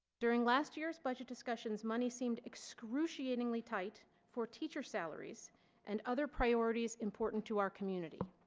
during last year's budget discussions money seemed excruciatingly tight for teacher salaries and other priorities important to our community